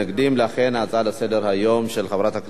לכן ההצעה לסדר-היום של חברת הכנסת חנין